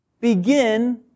begin